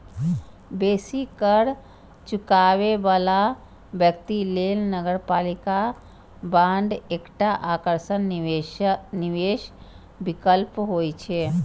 बेसी कर चुकाबै बला व्यक्ति लेल नगरपालिका बांड एकटा आकर्षक निवेश विकल्प होइ छै